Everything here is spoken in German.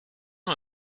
nur